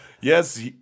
yes